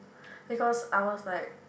because I was like